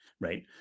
right